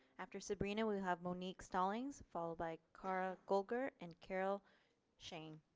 after sebrena we have monique stallings followed by kara golgert and carol cheyne.